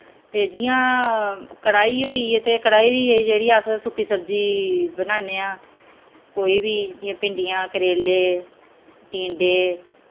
ते जि'यां कड़ाही होई ते कड़ाही जेह्ड़ी अस सुक्की सब्जी बनान्ने आं कोई बी जि'यां भिंडियां करेले टींडे